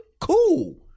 cool